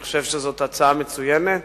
אני חושב שזו הצעה מצוינת.